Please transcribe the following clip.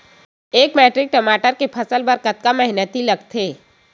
एक मैट्रिक टमाटर के फसल बर कतका मेहनती लगथे?